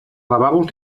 lavabos